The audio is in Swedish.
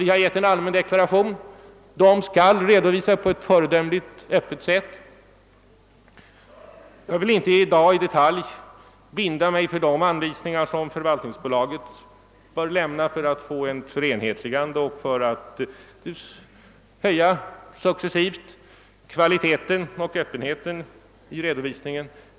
Vi har avgivit den allmänna deklarationen, att de skall redovisa på ett föredömligt öppet sätt. Jag vill i dag inte i detalj binda mig för de anvisningar som förvaltningsbolaget bör lämna för att åstadkomma ett förenhetligande och för att successivt höja kvaliteten och öppenheten i redovisningarna.